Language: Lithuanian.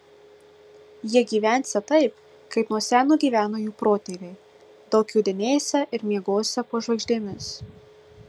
jie gyvensią taip kaip nuo seno gyveno jų protėviai daug jodinėsią ir miegosią po žvaigždėmis